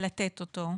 לתת אותו,